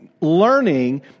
learning